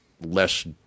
less